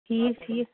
ٹھیٖک ٹھیٖک